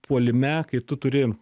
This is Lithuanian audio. puolime kai tu turi